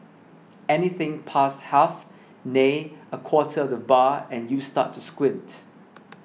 anything past half nay a quarter of the bar and you start to squint